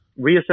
reassess